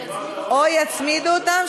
או שיצמידו אותן,